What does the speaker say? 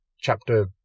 chapter